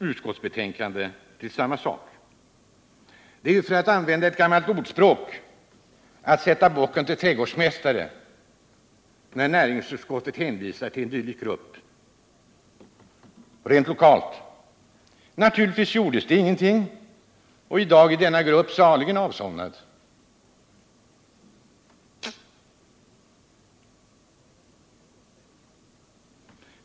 Att överlämna frågan till denna s.k. Kramforsgrupp är ju, för att använda ett gammalt ordspråk, som att sätta bocken till trädgårdsmästare. Naturligtvis har ingenting åstadkommits, och i dag är gruppen saligen avsomnad.